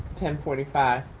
ten forty five.